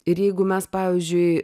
ir jeigu mes pavyzdžiui